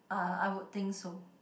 uh I would think so